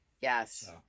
Yes